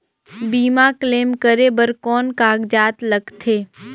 बीमा क्लेम करे बर कौन कागजात लगथे?